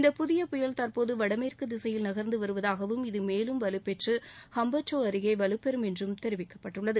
இந்த புதிய புயல் தற்போது வடமேற்கு திசையில் நகர்ந்து வருவதாகவும் இது மேலும் வலுப்பெற்று ஹம்பா்டோ அருகே வலுப்பெறும் என்றும் தெரிவிக்கப்பட்டுள்ளது